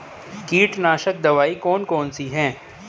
कीटनाशक दवाई कौन कौन सी हैं?